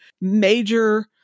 major